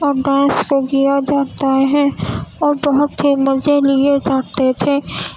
اور ڈانس کیا جاتا ہے اور بہت ہی مزے لیے جاتے تھے